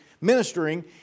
ministering